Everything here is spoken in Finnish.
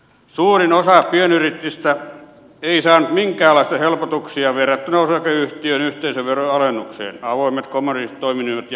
suurin osa pienyrittäjistä ei saanut minkäänlaisia helpotuksia verrattuna osakeyhtiön yhteisöveroalennukseen avoimet kommandiittiyhtiöt toiminimet ja maataloudet